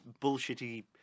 bullshitty